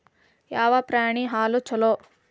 ಯಾವ ಪ್ರಾಣಿ ಹಾಲು ಛಲೋ?